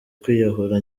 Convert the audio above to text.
kwiyahura